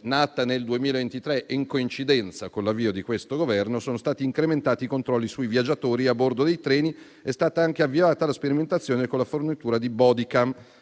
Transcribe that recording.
nata nel 2023, in coincidenza con l'avvio di questo Governo, sono stati incrementati i controlli sui viaggiatori e, a bordo dei treni, è stata anche avviata la sperimentazione con la fornitura di *bodycam*